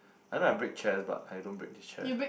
I mean I break chairs but I don't break this chair